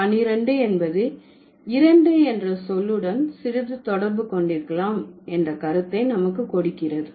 பன்னிரண்டு என்பது இரண்டு என்ற சொல்லுடன் சிறிது தொடர்பு கொண்டிருக்கலாம் என்ற கருத்தை நமக்கு கொடுக்கிறது